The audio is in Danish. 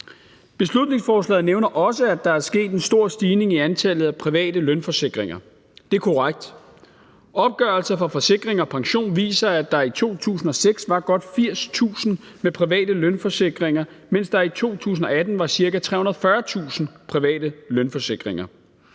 Beslutningsforslaget nævner også, at der er sket en stor stigning i antallet af private lønforsikringer. Det er korrekt. Opgørelser fra Forsikring & Pension viser, at der i 2006 var godt 80.000 med private lønforsikringer, mens der i 2018 var ca. 340.000 private lønforsikringer.